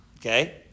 Okay